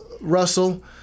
Russell